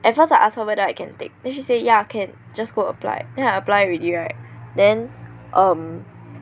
at first I asked her whether I can take then she say ya can just go apply then I apply already right then um